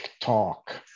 talk